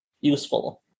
useful